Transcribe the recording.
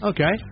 Okay